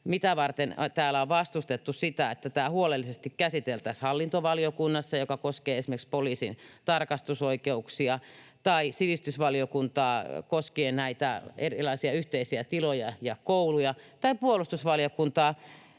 mitä varten täällä on vastustettu sitä, että tämä huolellisesti käsiteltäisiin hallintovaliokunnassa, koskien esimerkiksi poliisin tarkastusoikeuksia, tai sivistysvaliokunnassa, koskien erilaisia yhteisiä tiloja ja kouluja, tai puolustusvaliokunnassa,